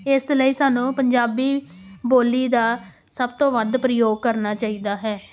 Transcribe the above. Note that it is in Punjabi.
ਇਸ ਲਈ ਸਾਨੂੰ ਪੰਜਾਬੀ ਬੋਲੀ ਦਾ ਸਭ ਤੋਂ ਵੱਧ ਪ੍ਰਯੋਗ ਕਰਨਾ ਚਾਹੀਦਾ ਹੈ